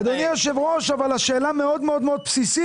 אדוני היושב-ראש, אבל השאלה מאוד מאוד בסיסית.